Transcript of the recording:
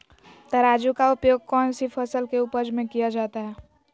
तराजू का उपयोग कौन सी फसल के उपज में किया जाता है?